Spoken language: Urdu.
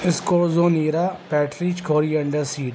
اسکوزونیرا پیٹریچ کوریئنڈر سیڈ